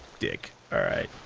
dick. alright.